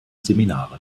seminare